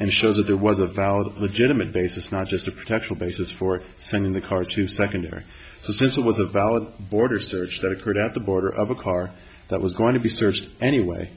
and show that there was a valid legitimate basis not just a potential basis for sending the car to secondary since it was a valid border search that occurred at the border of a car that was going to be searched anyway